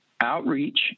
outreach